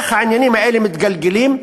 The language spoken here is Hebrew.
איך העניינים האלה מתגלגלים,